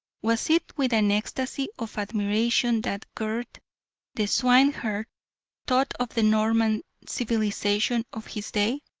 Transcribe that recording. was it with an ecstasy of admiration that gurth the swineherd thought of the norman civilisation of his day?